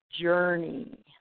Journey